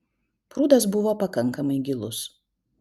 prūdas buvo pakankamai gilus